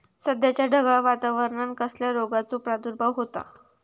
सध्याच्या ढगाळ वातावरणान कसल्या रोगाचो प्रादुर्भाव होता?